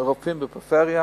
לרופאים בפריפריה